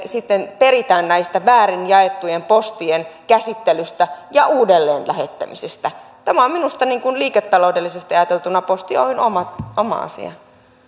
sitten peritään väärin jaettujen postien käsittelystä ja uudelleen lähettämisestä tulevat kustannukset tämä on minusta liiketaloudellisesti ajateltuna posti oyn oma asia